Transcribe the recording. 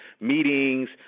meetings